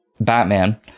Batman